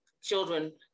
children